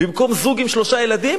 במקום זוג עם שלושה ילדים?